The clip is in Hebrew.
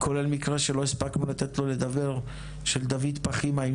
כולל מקרה שלא הספקנו לתת לו לדבר של דוד פחימה עם